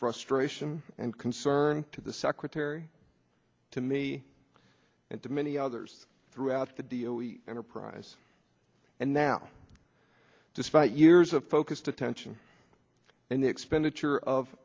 frustration and concern to the secretary to me and to many others throughout the dio enterprise and now despite years of focused attention and the expenditure of